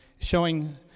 showing